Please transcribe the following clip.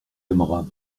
aimera